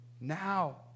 Now